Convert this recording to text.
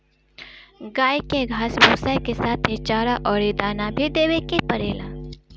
गाई के घास भूसा के साथे चारा अउरी दाना भी देवे के पड़ेला